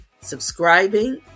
subscribing